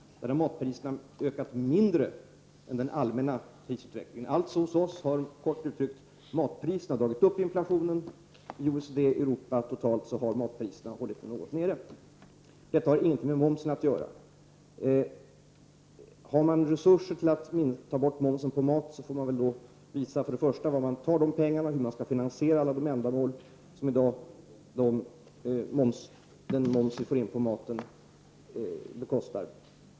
Där har matpriserna ökat i mindre omfattning än den allmänna prisutvecklingen. Kort uttryckt har matpriserna dragit upp inflationen här. I OECD-länderna i Europa har matpriserna totalt hållit inflationen något nere. Detta har ingenting med momsen att göra. För att få möjlighet att ta bort momsen på maten måste man först och främst veta hur finansieringen skall klaras av de ändamål som momsen på maten i dag bekostar.